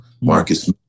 Marcus